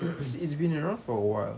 it's it's been around for awhile